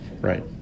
Right